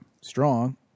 strong